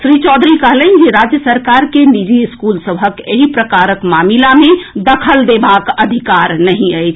श्री चौधरी कहलनि जे राज्य सरकार के निजी स्कूल सभक एहि प्रकारक मामिला मे दखल देबाक अधिकार नहि अछि